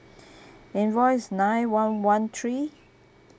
invoice nine one one three